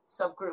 subgroup